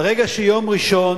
ברגע שיום ראשון